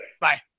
Bye